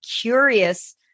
curious